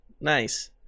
Nice